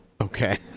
okay